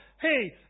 hey